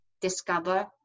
discover